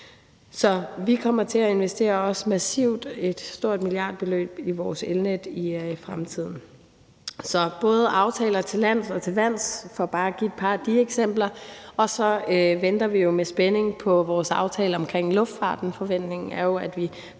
Så vi kommer også til at investere massivt, et stort milliardbeløb, i vores elnet i fremtiden. Så der er både aftaler til lands og til vands for bare give et par af de eksempler. Så venter vi jo med spænding på vores aftale omkring luftfarten. Forventningen er, at vi forhåbentlig snart